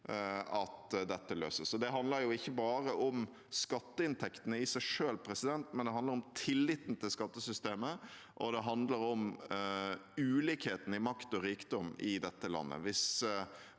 Det handler ikke bare om skatteinntektene i seg selv, men det handler om tilliten til skattesystemet, og det handler om ulikheten i makt og rikdom i dette landet.